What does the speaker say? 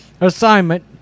assignment